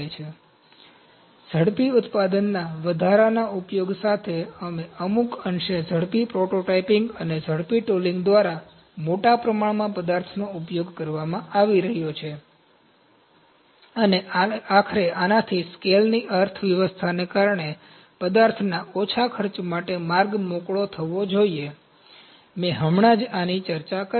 તેથી ઝડપી ઉત્પાદનના વધારાના ઉપયોગ સાથે અને અમુક અંશે ઝડપી પ્રોટોટાઇપિંગ અને ઝડપી ટૂલિંગ દ્વારા મોટા પ્રમાણમાં પદાર્થનો ઉપયોગ કરવામાં આવી રહ્યો છે અને આખરે આનાથી સ્કેલની અર્થવ્યવસ્થાને કારણે પદાર્થના ઓછા ખર્ચ માટે માર્ગ મોકળો થવો જોઈએ મેં હમણાં જ આની ચર્ચા કરી છે